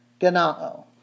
ganao